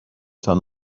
تان